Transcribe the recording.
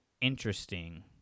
interesting